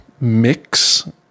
mix